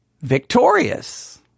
victorious